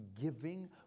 giving